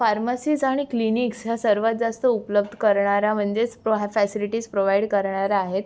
pharmacies आणि clinics ह्या सर्वात जास्त उपलब्ध करणारा म्हणजेच प्रो हा फॅसिलिटीज प्रोव्हाइड करणारा आहेत